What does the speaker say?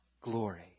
glory